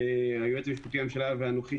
היועץ המשפטי לממשלה ואנוכי,